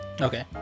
okay